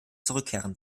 zurückkehren